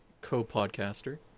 co-podcaster